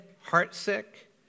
heartsick